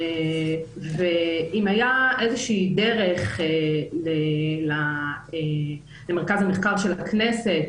ואם הייתה איזושהי דרך למרכז המחקר של הכנסת